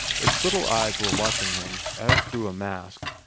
its little eyes were watching him, as through a mask,